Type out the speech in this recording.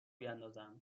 بیندازند